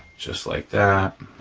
just like that.